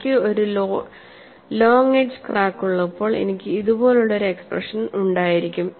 എനിക്ക് ഒരു long edge crack ഉള്ളപ്പോൾ എനിക്ക് ഇതുപോലുള്ള ഒരു എക്സ്പ്രഷൻ ഉണ്ടായിരിക്കും